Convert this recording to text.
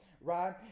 right